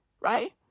right